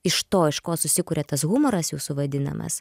iš to iš ko susikuria tas humoras jūsų vadinamas